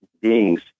beings